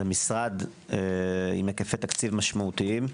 זה משרד עם היקפי תקציב משמעותיים.